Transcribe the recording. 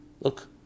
look